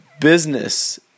Business